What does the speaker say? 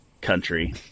country